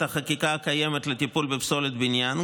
החקיקה הקיימת לטיפול בפסולת בניין,